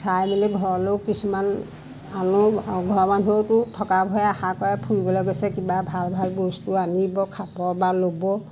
চাই মেলি ঘৰলৈও কিছুমান আনো ঘৰৰ মানুহেওতো থকাবোৰে আশা কৰে ফুৰিবলৈ গৈছে কিবা ভাল ভাল বস্তু আনিব খাব বা ল'ব